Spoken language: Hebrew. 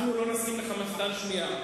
אנחנו לא צריכים אישורים והכרה.